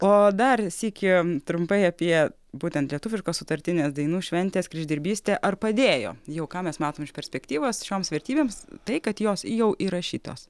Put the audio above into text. o dar sykį trumpai apie būtent lietuviškos sutartinės dainų šventės kryždirbystė ar padėjo jau ką mes matome iš perspektyvos šioms vertybėms tai kad jos jau įrašytos